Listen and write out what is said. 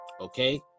Okay